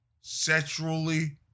sexually